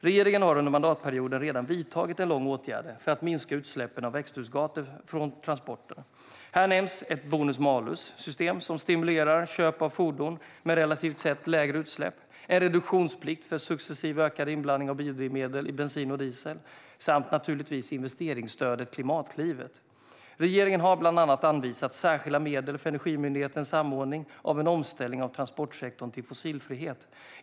Regeringen har under mandatperioden redan vidtagit en lång rad åtgärder för att minska utsläppen av växthusgaser från transporter. Här kan nämnas ett bonus-malus-system som stimulerar köp av fordon med relativt sett lägre utsläpp, en reduktionsplikt för successivt ökad inblandning av biodrivmedel i bensin och diesel samt investeringsstödet Klimatklivet. Regeringen har bland annat anvisat särskilda medel för Energimyndighetens samordning av en omställning av transportsektorn till fossilfrihet.